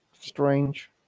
strange